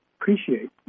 appreciate